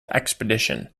expedition